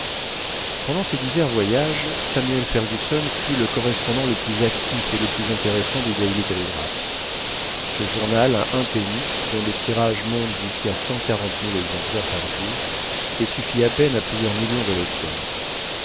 pendant ces divers voyages samuel fergusson fut le correspondant le plus actif et le plus intéressant du daily telegraph ce journal à un penny dont le tirage monte jusqu'à cent quarante mille exemplaires par jour et suffit à peine à plusieurs millions de